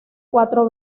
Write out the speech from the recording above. cuatro